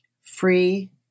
free